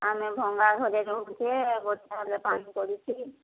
ଆମେ ଭଙ୍ଗା ଘରେ ରହୁଛେ ବର୍ଷା ହେଲେ ପାଣି ପଡ଼ୁଛି